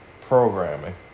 programming